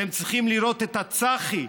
אתם צריכים לראות את הצח"י,